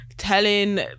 Telling